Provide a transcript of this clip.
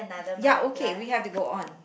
ya okay we have to go on